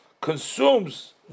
consumes